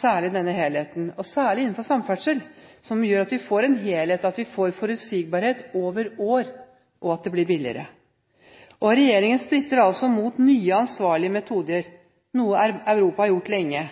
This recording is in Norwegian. særlig innenfor samferdsel – som gjør at vi får forutsigbarhet over år, og at det blir billigere. Regjeringen stritter imot nye, ansvarlige metoder – noe Europa har hatt lenge.